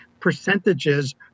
percentages